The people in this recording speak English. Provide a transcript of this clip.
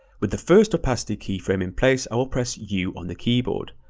with the first opacity keyframe in place, i will press u on the keyboard.